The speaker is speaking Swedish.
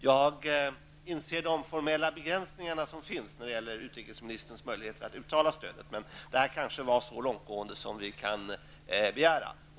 Jag förstår de formella begränsningar som finns när det gäller utbildningsministerns möjligheter att uttala sig för ett stöd. Uttalandet blev kanske så långtgående som det är möjligt att begära.